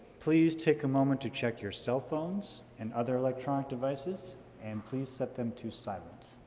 please take a moment to check your cellphones and other electronic devices and please set them to silent.